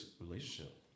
relationship